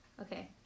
okay